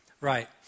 Right